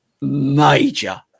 major